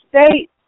state